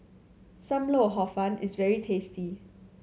Sam Lau Hor Fun is very tasty